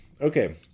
Okay